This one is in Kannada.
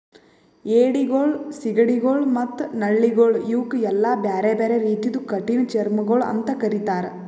ಏಡಿಗೊಳ್, ಸೀಗಡಿಗೊಳ್ ಮತ್ತ ನಳ್ಳಿಗೊಳ್ ಇವುಕ್ ಎಲ್ಲಾ ಬ್ಯಾರೆ ಬ್ಯಾರೆ ರೀತಿದು ಕಠಿಣ ಚರ್ಮಿಗೊಳ್ ಅಂತ್ ಕರಿತ್ತಾರ್